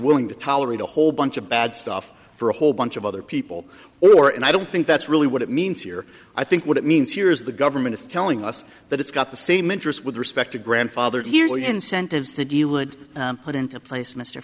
willing to tolerate a whole bunch of bad stuff for a whole bunch of other people or and i don't think that's really what it means here i think what it means here is the government is telling us that it's got the same interest with respect to grandfathered here's the incentives that you would put into place mr